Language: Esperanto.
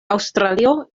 aŭstralio